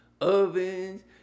ovens